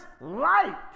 light